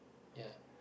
ya